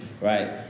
right